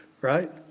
right